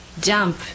jump